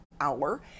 hour